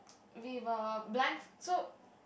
we were blind so